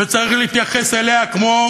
וצריך להתייחס אליה כמו